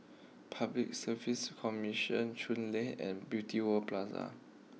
Public Service Commission Chuan Lane and Beauty World Plaza